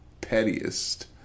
pettiest